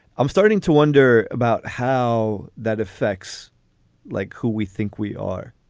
i'm starting to wonder about how that affects like who we think we are.